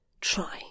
Try